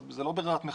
אז זו לא ברירת מחדל.